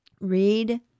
read